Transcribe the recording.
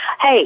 Hey